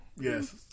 yes